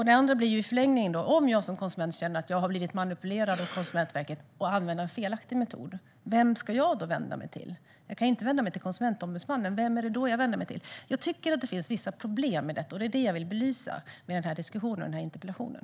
Det andra blir i förlängningen: Om jag som konsument känner att jag har blivit manipulerad av att Konsumentverket använder en felaktig metod, vem ska jag vända mig till? Jag kan inte vända mig till Konsumentombudsmannen. Vem är det då jag vänder mig till? Jag tycker att det finns vissa problem med detta. Det är vad jag vill belysa med diskussionen och interpellationen.